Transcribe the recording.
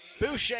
Boucher